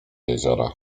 jeziora